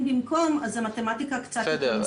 במקום אז המתמטיקה קצת --- בסדר,